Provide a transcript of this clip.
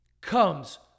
comes